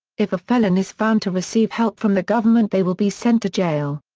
if a felon is found to receive help from the government they will be sent to jail.